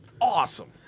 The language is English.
awesome